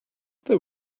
there